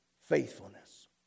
faithfulness